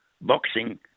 boxing